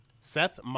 Seth